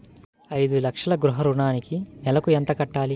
ఐదు లక్షల గృహ ఋణానికి నెలకి ఎంత కట్టాలి?